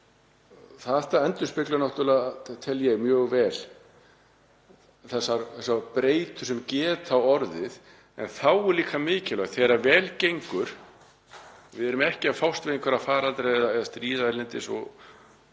En það endurspeglar náttúrlega, tel ég, mjög vel þessar breytur sem geta orðið. En þá er líka mikilvægt þegar vel gengur og við erum ekki að fást við einhverja faraldra eða stríð erlendis og